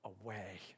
away